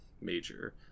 major